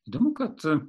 įdomu kad